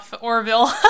Orville